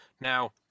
Now